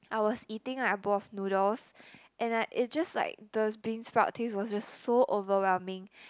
I was eating a bowl of noodles and I it just like the beansprout taste was just so overwhelming